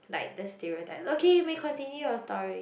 like the stereotype okay you may continue your story